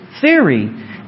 theory